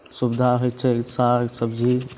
सुविधा होइ छै साग सब्जी